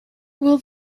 will